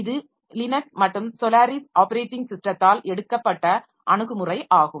இது லினக்ஸ் மற்றும் Solaris operating ஸிஸ்டத்தால் எடுக்கப்பட்ட அணுகுமுறை ஆகும்